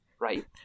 right